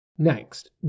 Next